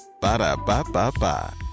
Ba-da-ba-ba-ba